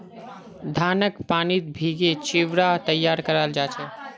धानक पानीत भिगे चिवड़ा तैयार कराल जा छे